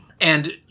And-